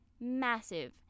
massive